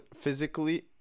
physically